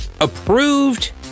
approved